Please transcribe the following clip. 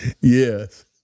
Yes